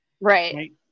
right